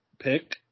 pick